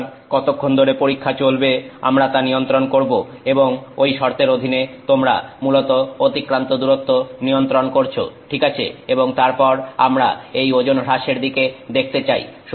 সুতরাং কতক্ষণ ধরে পরীক্ষা চলবে আমরা তা নিয়ন্ত্রণ করবো এবং ঐ শর্তের অধীনে তোমরা মূলত অতিক্রান্ত দূরত্ব নিয়ন্ত্রণ করছো ঠিক আছে এবং তারপর আমরা এই ওজন হ্রাসের দিকে দেখতে চাই